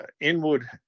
Inwood